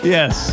Yes